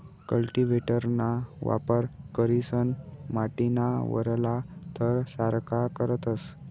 कल्टीव्हेटरना वापर करीसन माटीना वरला थर सारखा करतस